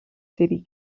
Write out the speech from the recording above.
city